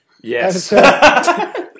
Yes